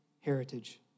heritage